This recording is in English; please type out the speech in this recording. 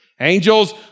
Angels